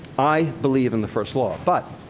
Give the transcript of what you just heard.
i believe in the first law. but,